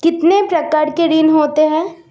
कितने प्रकार के ऋण होते हैं?